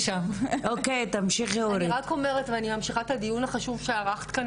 ואני ממשיכה את הדיון החשוב שערכת כאן